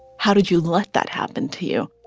how did you let that happen to you?